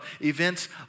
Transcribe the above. Events